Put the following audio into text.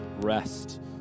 rest